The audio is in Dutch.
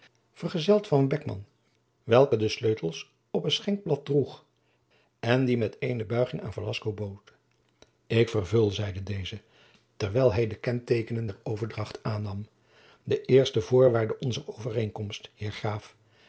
verzeld van beckman welke de sleutels op een schenkblad droeg en die met eene buiging aan velasco bood ik vervul zeide deze terwijl hij de kenteekenen der overdracht aannam de eerste voorwaarde onzer overeenkomst heer graaf